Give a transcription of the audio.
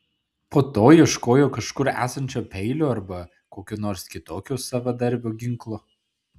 po to ieškojo kažkur esančio peilio arba kokio nors kitokio savadarbio ginklo